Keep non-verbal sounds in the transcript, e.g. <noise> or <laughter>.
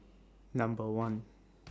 Number one <noise>